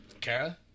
Kara